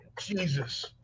Jesus